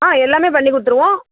ஆ எல்லாம் பண்ணி கொடுத்துருவோம்